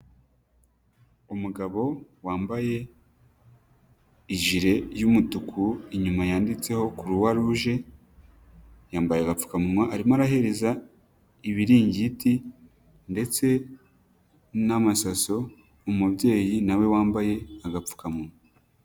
Umugabo wambaye ijire y'umutuku inyuma yanditseho kuruwaruje, yambaye agapfukamunwa, arimo arahereza ibiringiti ndetse n'amasaso umubyeyi na we wambaye agapfukamunwa.